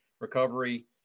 recovery